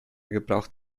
gebraucht